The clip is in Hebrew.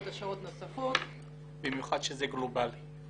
במיוחד כשזה גלובלי.